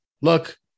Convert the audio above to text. Look